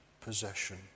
possession